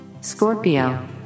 Scorpio